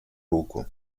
руку